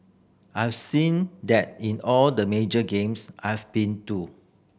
I've seen that in all the major games I've been too